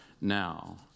now